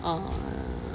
err